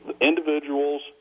individuals